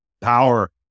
Power